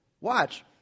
watch